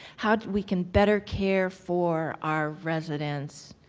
how we can better care for our residents,